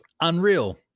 Unreal